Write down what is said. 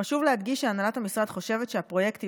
חשוב להדגיש שהנהלת המשרד חושבת שהפרויקט הוא